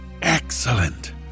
Excellent